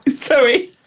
Sorry